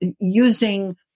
using